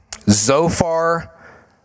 Zophar